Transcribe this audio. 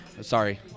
Sorry